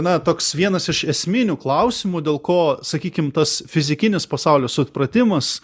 na toks vienas iš esminių klausimų dėl ko sakykim tas fizikinis pasaulio supratimas